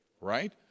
right